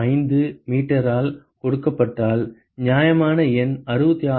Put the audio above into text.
5 மீட்டரால் கொடுக்கப்பட்டால் நியாயமான எண் 66